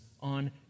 on